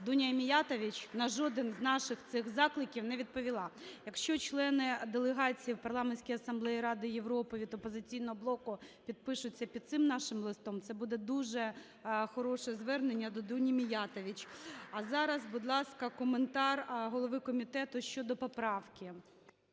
Дуня Міятович на жоден з наших цих закликів не відповіла. Якщо члени делегації в Парламентській асамблеї Ради Європи від "Опозиційного блоку" підпишуться під цим нашим листом – це буде дуже хороше звернення до Дуні Міятович. А зараз, будь ласка, коментар голови комітету щодо поправки.